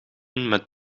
met